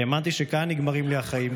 האמנתי שכאן נגמרים לי החיים.